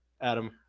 Adam